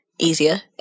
easier